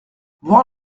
voir